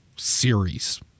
series